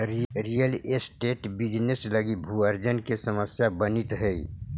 real estate business लगी भू अर्जन के समस्या बनित हई